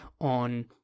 on